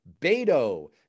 beto